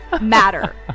matter